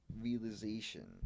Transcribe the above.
realization